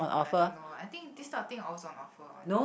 I don't know I think this type of thing always on offer one